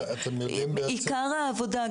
עיקר העבודה,